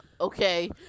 Okay